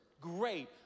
Great